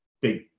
big